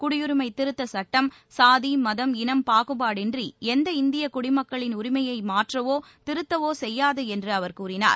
குடியுரிமை திருத்த சுட்டம் சாதி மதம் இனம் பாகுபாடின்றி எந்த இந்திய குடிமக்களின் உரிமைகளை மாற்றவோ திருத்தவோ செய்யாது என்று அவர் கூறினார்